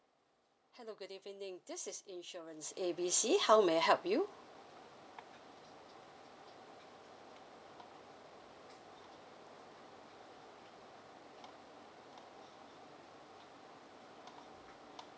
hello good evening this is insurance A B C how may I help you